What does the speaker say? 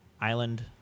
island